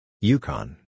Yukon